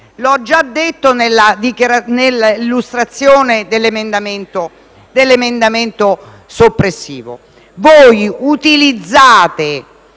ho già detto nell’illustrazione dell’emendamento soppressivo, voi utilizzate